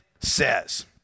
says